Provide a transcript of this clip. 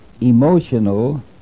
emotional